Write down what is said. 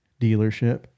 dealership